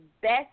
best